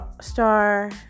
Star